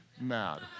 mad